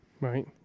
Right